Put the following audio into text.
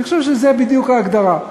אני חושב שזו בדיוק ההגדרה.